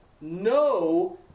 no